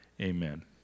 Amen